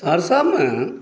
सहरसामे